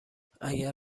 اگر